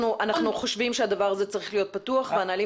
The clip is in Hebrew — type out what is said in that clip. אנחנו חושבים שהדבר הזה צריך להיות פתוח והנהלים